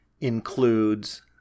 includes